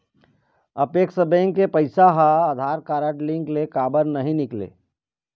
Apex bank के पैसा हा आधार कारड लिंक ले काबर नहीं निकले?